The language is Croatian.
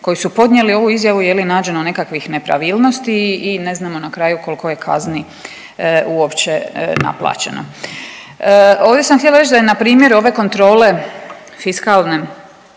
koji su podnijeli ovu izjavu je li nađeno nekakvih nepravilnosti i ne znamo koliko je kazni uopće naplaćeno. Ovdje sam htjela reći da je na primjer ove kontrole fiskalne